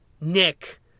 Nick